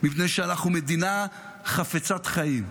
מפני שאנחנו מדינה חפצת חיים,